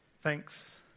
Thanks